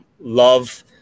love